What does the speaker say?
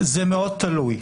זה מאוד תלוי.